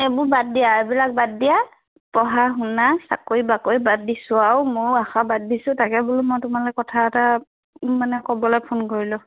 এইবোৰ বাদ দিয়া এইবিলাক বাদ দিয়া পঢ়া শুনা চাকৰি বাকৰি বাদ দিছোঁ আৰু ময়ো আশা বাদ দিছোঁ তাকে বোলো মই তোমালে কথা এটা মানে ক'বলে ফোন কৰিলোঁ